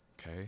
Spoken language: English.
Okay